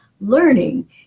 learning